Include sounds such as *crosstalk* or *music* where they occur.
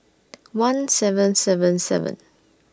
*noise* one seven seven seven